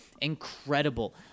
Incredible